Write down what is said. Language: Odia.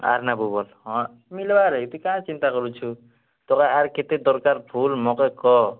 ଆର୍ ନେବୁ ବୋଲ୍ ହଁ ମିଲ୍ବାରେ ଏତେ କାଣ ଚିନ୍ତା କରୁଛୁ ତୋର ଆର୍ କେତେ ଫୁଲ୍ ଦର୍କାର୍ ମୋତେ କହ